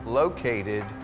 located